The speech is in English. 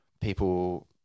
people